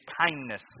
kindness